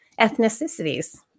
ethnicities